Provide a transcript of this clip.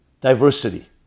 diversity